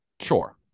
Sure